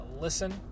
listen